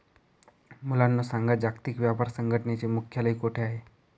मुलांनो सांगा, जागतिक व्यापार संघटनेचे मुख्यालय कोठे आहे